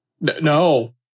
No